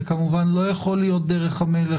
זה כמובן לא יכול להיות דרך המלך,